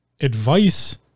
advice